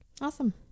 awesome